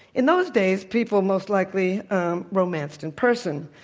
in those days, people most likely romanced in person.